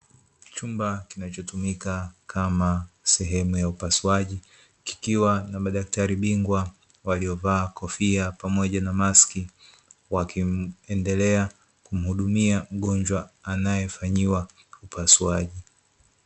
Chumba kinachotumika kama sehemu ya upasuaji kikiwa na madktari bingwa waliovaa kofia pamoja na maski, wakiendelea kumuhudumia mgonjwa anaefanyiwa upasuaji.